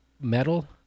metal